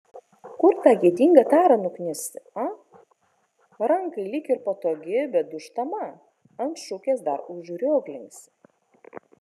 kur tą gėdingą tarą nuknisti a rankai lyg ir patogi bet dūžtama ant šukės dar užrioglinsi